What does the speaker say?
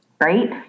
right